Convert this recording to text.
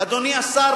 אדוני השר,